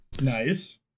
Nice